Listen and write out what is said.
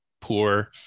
poor